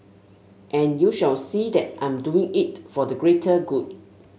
and you shall see that I'm doing it for the greater good